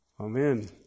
Amen